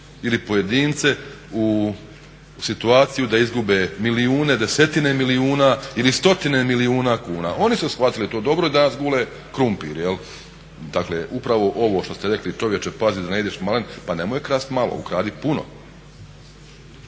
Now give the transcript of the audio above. ili pojedince u situaciju da izgube milijune, desetine milijuna ili stotine milijuna kuna, oni su shvatili to dobro i danas gule krumpir, dakle upravo ovo što ste rekli čovječe, pazi da ne ideš malen, pa nemoj krasti malo ukradi puno,